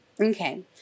Okay